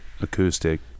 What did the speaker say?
acoustic